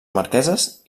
marqueses